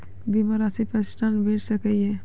बीमा रासि पर ॠण भेट सकै ये?